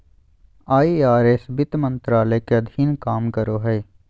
IRS वित्त मंत्रालय के अधीन काम करो हय